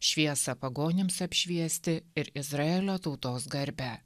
šviesą pagonims apšviesti ir izraelio tautos garbę